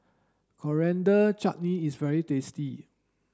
Coriander Chutney is very tasty